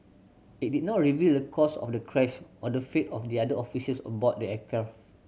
it did not reveal the cause of the crash or the fate of the other officials aboard the aircraft